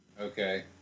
Okay